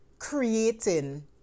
creating